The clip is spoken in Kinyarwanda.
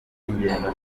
ingendo